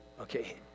okay